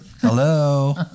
Hello